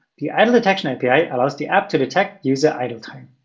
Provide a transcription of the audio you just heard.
the idle detection api allows the app to detect user idle time.